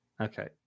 Okay